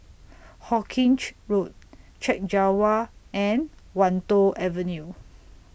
Hawkinge Road Chek Jawa and Wan Tho Avenue